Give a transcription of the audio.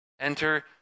enter